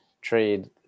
trade